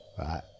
right